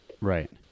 right